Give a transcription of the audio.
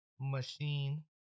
machine